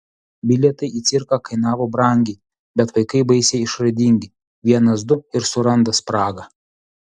bilietai į cirką kainavo brangiai bet vaikai baisiai išradingi vienas du ir suranda spragą